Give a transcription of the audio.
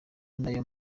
nayo